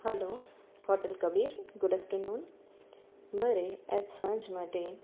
hello hotel Kabir good afternoon મારે આજ સાંજ માટે